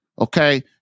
okay